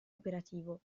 operativo